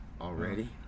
Already